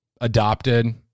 adopted